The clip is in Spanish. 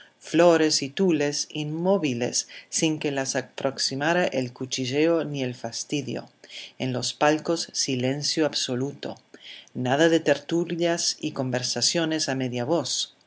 flores y tules inmóviles sin que las aproximara el cuchicheo ni el fastidio en los palcos silencio absoluto nada de tertulias y conversaciones a media voz